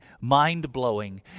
mind-blowing